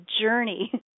journey